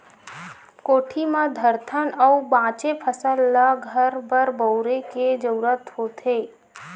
कोठी म धरथन अउ बाचे फसल ल घर बर बउरे के जरूरत होथे